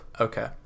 Okay